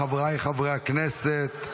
חבריי חברי הכנסת,